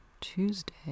Tuesday